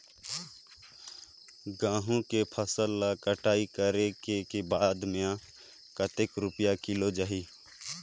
गंहू के फसल ला कटाई करे के बाद बजार मा कतेक रुपिया किलोग्राम जाही?